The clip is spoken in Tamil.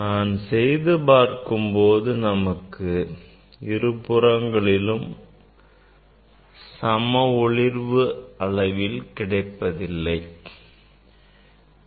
நாம் செய்து பார்க்கும்போது நமக்கு இருபுறங்களிலும் ஒளிர்வு சம அளவில் கிடைப்பதை காணலாம்